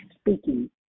speaking